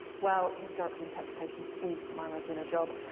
well historical interpretation is my regular job.